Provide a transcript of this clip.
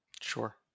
Sure